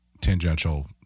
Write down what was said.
tangential